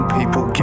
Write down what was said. People